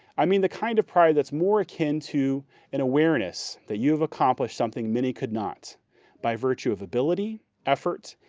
i mean the kind of pride that's more akin to an awareness that you've accomplished something many could not by virtue of ability, effort,